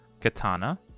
Katana